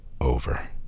over